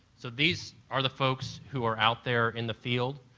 so these are the folks who are out there in the field.